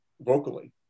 vocally